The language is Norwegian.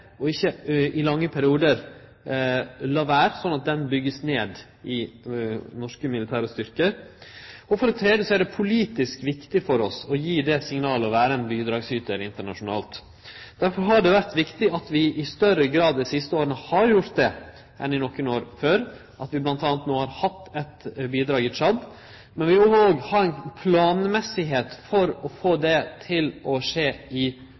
og ikkje i lange periodar late vere, slik at kompetansen vert bygd ned i norske militære styrkar. Og for det tredje er det politisk viktig for oss å gi det signalet, og vere ein bidragsytar internasjonalt. Derfor har det vore viktig at vi dei siste åra har gjort det i større grad enn i noko år før, at vi bl.a. no har hatt eit bidrag i Tsjad, men vi må òg ha ei planmessigheit for å få det til å skje i